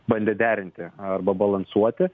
bandė derinti arba balansuoti